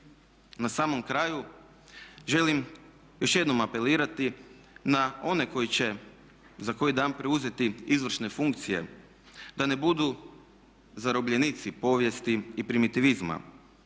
Na samom kraju želim još jednom apelirati na one koji će za koji dan preuzeti izvršne funkcije da ne budu zarobljenici povijesti i primitivizma,